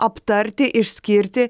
aptarti išskirti